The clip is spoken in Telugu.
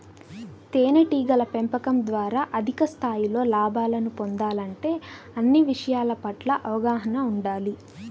తేనెటీగల పెంపకం ద్వారా అధిక స్థాయిలో లాభాలను పొందాలంటే అన్ని విషయాల పట్ల అవగాహన ఉండాలి